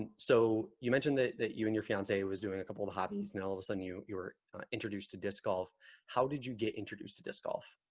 ah so you mentioned that that you and your fiance was doing a couple of hobbies and all of a sudden you you were introduced to disc golf how did you get introduced to disc golf